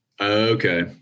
Okay